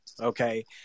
okay